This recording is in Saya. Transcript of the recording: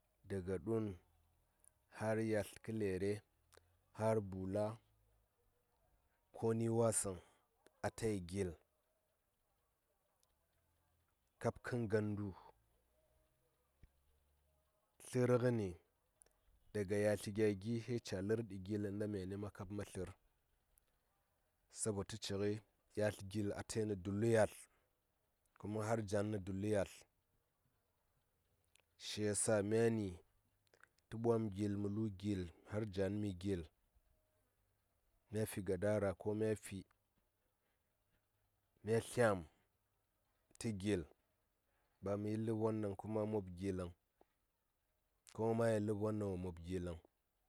Daga ɗuni har yalt kə lere har bula koni w səŋ atayi ghil kab kən gandu tlər ngəni daga yatli gya gi sai cya lər ɗi ghil inta myani mə kab mə tlər sabo tə ci ngəi yatl ghil atayi nə dullə yatl kuma har jan nə dullə yatl shi ya sa myani tə ɓwam ghil mə lu ghil har jan mi ghil mya fi gadara ko mya tlyam tə ghil ba yi ləb won kuma ɗaŋ a mob ghiləŋ kuma ma yel ləb won ɗaŋ wo mob ghiləŋ.